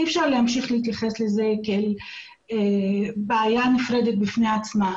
אי אפשר להמשיך להתייחס לזה כאל בעיה נפרדת בפני עצמה.